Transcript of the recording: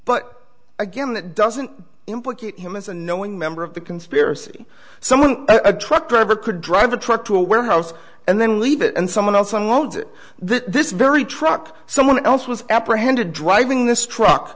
but again that doesn't implicate him as a knowing member of the conspiracy someone a truck driver could drive a truck to a warehouse and then leave it and someone else unload it this very truck someone else was apprehended driving this truck